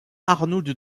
arnould